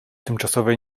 tymczasowej